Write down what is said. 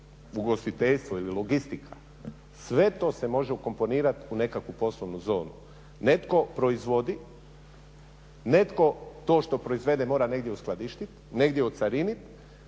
ugostiteljstvo ili logistika, sve to se može ukomponirat u nekakvu poslovnu zonu. Netko proizvodi, netko to što proizvede mora negdje uskladištit, negdje ocarinit,